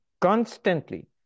constantly